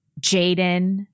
Jaden